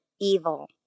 evil